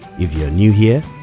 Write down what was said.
if you're new here,